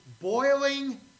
boiling